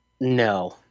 No